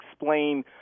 explain